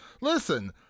listen